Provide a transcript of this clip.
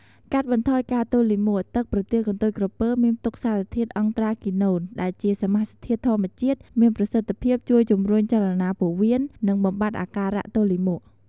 កាត់បន្ថយការទល់លាមក ទឹកប្រទាលកន្ទុយក្រពើមានផ្ទុកសារធាតុ "អង់ត្រាគីណូន" ដែលជាសមាសធាតុធម្មជាតិមានប្រសិទ្ធភាពជួយជំរុញចលនាពោះវៀន និងបំបាត់អាការៈទល់លាមក។